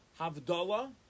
Havdallah